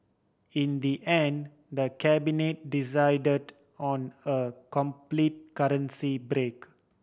in the end the Cabinet decided on a complete currency break